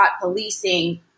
policing